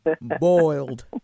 boiled